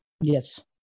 Yes